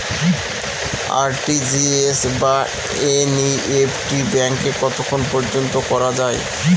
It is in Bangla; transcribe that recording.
আর.টি.জি.এস বা এন.ই.এফ.টি ব্যাংকে কতক্ষণ পর্যন্ত করা যায়?